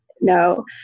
no